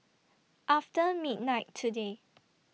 after midnight today